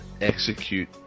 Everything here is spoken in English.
execute